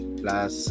plus